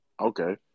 Okay